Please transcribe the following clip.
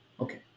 Okay